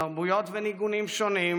תרבויות וניגונים שונים,